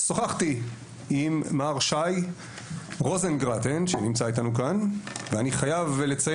שוחחתי עם מר שי רוזנגרט שנמצא איתנו כאן ואני חייב לציין